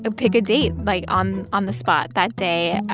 ah pick a date, like, on on the spot that day,